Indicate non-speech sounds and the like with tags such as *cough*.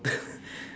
*breath*